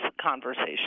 conversation